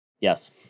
Yes